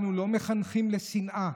אנחנו לא מחנכים לשנאה,